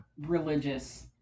religious